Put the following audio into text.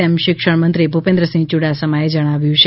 તેમ શિક્ષણમંત્રી ભૂપેન્દ્રસિંહ યૂડાસમાએ જણાવ્યું છે